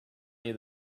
near